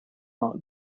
marked